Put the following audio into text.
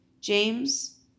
James